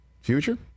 future